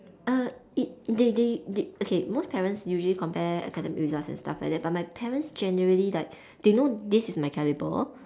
err it they they they okay most parents usually compare academic results and stuff like that but my parents generally like they know this is my calibre